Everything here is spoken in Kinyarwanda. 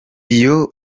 iyo